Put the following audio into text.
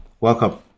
welcome